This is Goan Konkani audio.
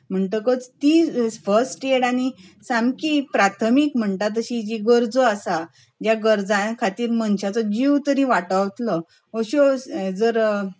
म्हणटकच ती फर्स्ट एड आनी सामकी प्राथमीक म्हणटा तशी गरजो आसा ज्या गरजां खातीर मनशाचो जीव तरी वाटावतलो त्यो जर